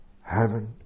heaven